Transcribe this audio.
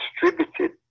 distributed